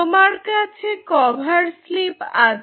তোমার কাছে cover slip আছে